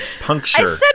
puncture